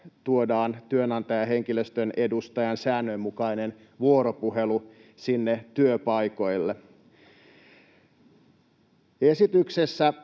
tuodaan työnantajan ja henkilöstön edustajan säännönmukainen vuoropuhelu sinne työpaikoille. Esityksessä